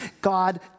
God